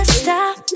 stop